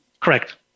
Correct